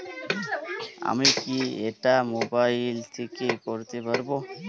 আমি কি এটা মোবাইল থেকে করতে পারবো?